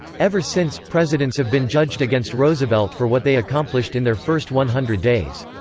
ever since, presidents have been judged against roosevelt for what they accomplished in their first one hundred days.